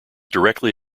directly